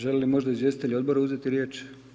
Želi li možda izvjestitelj odbora uzeti riječ?